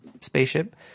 spaceship